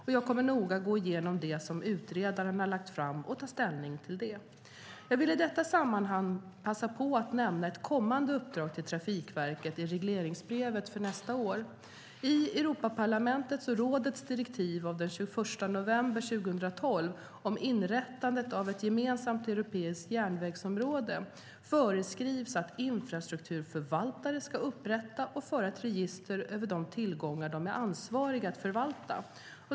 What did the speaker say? Jag kommer att noga gå igenom det som utredaren lagt fram och ta ställning till det. Jag vill i detta sammanhang passa på att nämna ett kommande uppdrag till Trafikverket i regleringsbrevet för nästa år. I Europaparlamentets och rådets direktiv av den 21 november 2012 om inrättandet av ett gemensamt europeiskt järnvägsområde föreskrivs att infrastrukturförvaltare ska upprätta och föra ett register över de tillgångar de är ansvariga att förvalta.